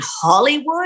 Hollywood